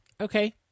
Okay